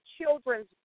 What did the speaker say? children's